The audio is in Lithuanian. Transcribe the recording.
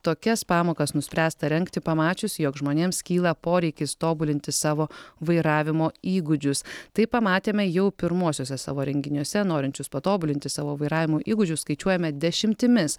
tokias pamokas nuspręsta rengti pamačius jog žmonėms kyla poreikis tobulinti savo vairavimo įgūdžius tai pamatėme jau pirmuosiuose savo renginiuose norinčius patobulinti savo vairavimo įgūdžius skaičiuojame dešimtimis